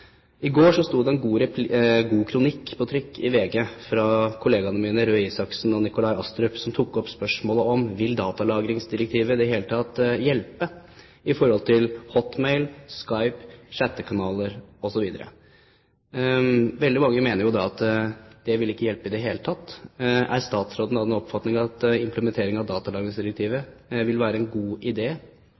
I går sto det en god kronikk på trykk i Dagens Næringsliv fra kollegaene mine Torbjørn Røe Isaksen og Nikolai Astrup, som tok opp spørsmålet: Vil datalagringsdirektivet i det hele tatt hjelpe i forhold til Hotmail, Skype, chattekanaler osv.? Veldig mange mener at det ikke vil hjelpe i det hele tatt. Er statsråden av den oppfatning at implementeringen av datalagringsdirektivet er en god